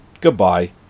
Goodbye